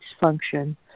function